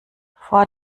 vor